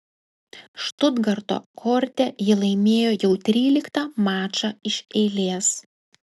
štutgarto korte ji laimėjo jau tryliktą mačą iš eilės